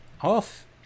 off